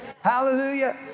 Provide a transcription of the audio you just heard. Hallelujah